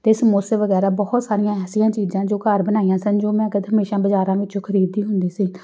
ਅਤੇ ਸਮੋਸੇ ਵਗੈਰਾ ਬਹੁਤ ਸਾਰੀਆਂ ਐਸੀਆਂ ਚੀਜ਼ਾਂ ਜੋ ਘਰ ਬਣਾਈਆਂ ਸਨ ਜੋ ਮੈਂ ਕਦੇ ਹਮੇਸ਼ਾ ਬਜ਼ਾਰਾਂ ਵਿੱਚੋਂ ਖਰੀਦਦੀ ਹੁੰਦੀ ਸੀ